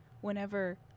whenever –